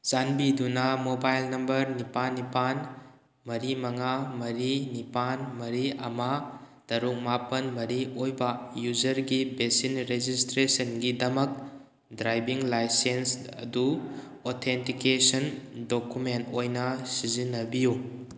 ꯆꯥꯟꯕꯤꯗꯨꯅ mobile number ꯅꯤꯄꯥꯜ ꯅꯤꯄꯥꯜ ꯃꯔꯤ ꯃꯉꯥ ꯃꯔꯤ ꯅꯤꯄꯥꯜ ꯃꯔꯤ ꯑꯃ ꯇꯔꯨꯛ ꯃꯥꯄꯜ ꯃꯔꯤ ꯑꯣꯏꯕ ꯌꯨꯖꯔꯒꯤ ꯚꯦꯁꯤꯟ ꯔꯦꯖꯤꯁꯇ꯭ꯔꯦꯁꯟꯒꯤꯗꯃꯛ ꯗ꯭ꯔꯥꯏꯕꯤꯡ ꯂꯥꯏꯁꯦꯟꯁ ꯑꯗꯨ ꯑꯣꯊꯦꯟꯇꯤꯀꯦꯁꯟ ꯗꯣꯀꯨꯃꯦꯟ ꯑꯣꯏꯅ ꯁꯤꯖꯤꯟꯅꯕꯤꯌꯨ